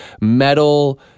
metal